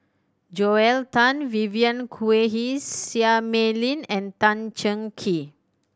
Joel Tan Vivien Quahe Seah Mei Lin and Tan Cheng Kee